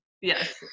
yes